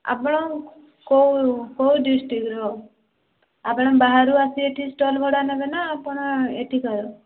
ଆପଣ କୋଉ କୋଉ ଡିଷ୍ଟ୍ରିକ୍ଟର ଆପଣ ବାହାରୁ ଆସି ଏଠି ଷ୍ଟଲ୍ ଭଡ଼ା ନେବେନା ଆପଣ ଏଠିକାର